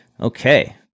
Okay